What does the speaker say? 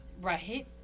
Right